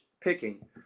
picking